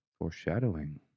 foreshadowing